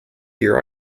your